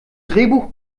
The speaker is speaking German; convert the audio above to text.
drehbuch